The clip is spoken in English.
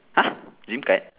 !huh! dream pad